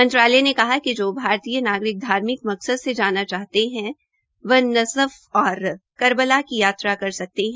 मंत्रालय ने कहा कि जो भारतीय नागरिक धार्मिक मकसद से जाना जाते है वे नजफ़ और करबला की यात्रा कर सकते है